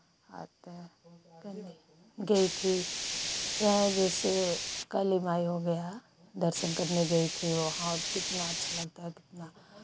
आता है कल ही गई थी यहाँ जैसे काली माई हो गया दर्शन करने गई थी वहां कितना अच्छा लगता है कितना